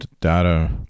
data